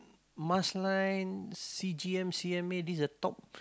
Mas line C G M C M A this are top